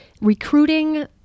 recruiting